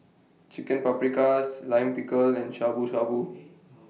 Chicken Paprikas Lime Pickle and Shabu Shabu